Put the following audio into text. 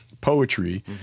poetry